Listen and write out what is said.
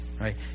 right